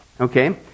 Okay